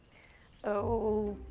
oh.